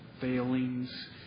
failings